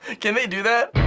can they do that?